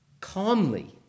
calmly